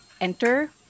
enter